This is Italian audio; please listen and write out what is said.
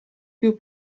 più